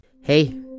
Hey